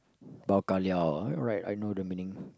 bao ka liao ah right I know the meaning